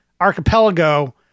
archipelago